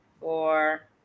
four